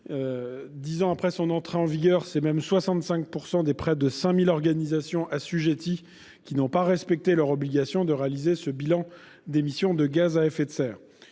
dix ans après son entrée en vigueur, 65 % des presque 5 000 organisations assujetties n'ont pas respecté leur obligation de réaliser un bilan d'émissions de gaz à effet de serre.